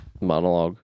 monologue